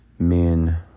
men